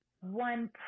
one